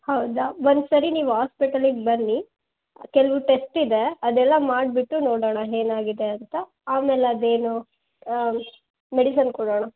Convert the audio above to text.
ಹೌದಾ ಒಂದು ಸಾರಿ ನೀವು ಹಾಸ್ಪೆಟಲಿಗೆ ಬನ್ನಿ ಕೆಲವು ಟೆಸ್ಟ್ ಇದೆ ಅದೆಲ್ಲ ಮಾಡಿಬಿಟ್ಟು ನೋಡೋಣ ಏನ್ ಆಗಿದೆ ಅಂತ ಆಮೇಲೆ ಅದು ಏನು ಮೆಡಿಸನ್ ಕೊಡೋಣ